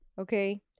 okay